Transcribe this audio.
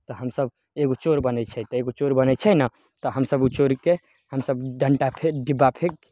तऽ हमसभ एगो चोर बनय छै तऽ एगो चोर बनय छै नऽ तऽ हमसभ उ चोरके हमसभ डन्टा फेक डिब्बा फेक